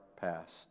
past